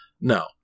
no